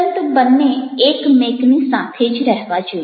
પરંતુ બંને એકમેકની સાથે જ રહેવા જોઈએ